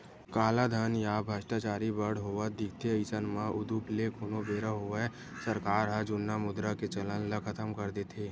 कालाधन या भस्टाचारी बड़ होवत दिखथे अइसन म उदुप ले कोनो बेरा होवय सरकार ह जुन्ना मुद्रा के चलन ल खतम कर देथे